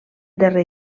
darrer